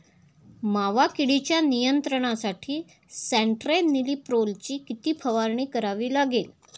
मावा किडीच्या नियंत्रणासाठी स्यान्ट्रेनिलीप्रोलची किती फवारणी करावी लागेल?